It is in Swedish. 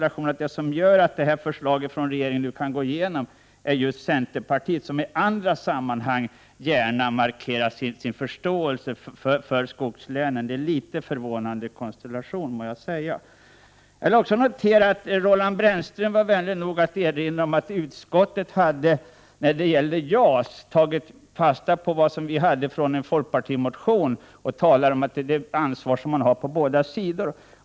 Att det här förslaget från regeringen nu kan gå igenom beror på centerpartiet, som i andra sammanhang gärna markerar sin förståelse för skogslänen. Det är en litet förvånande konstellation, må jag säga. Roland Brännström var vänlig nog att erinra om att utskottet när det gällde JAS tar fasta på vad vi anfört i en folkpartimotion och talar om att det är ett ansvar som man tar på båda sidor.